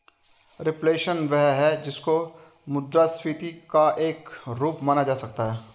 reflation वह है जिसको मुद्रास्फीति का एक रूप माना जा सकता है